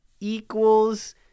equals